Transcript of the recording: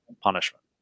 punishment